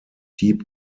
deep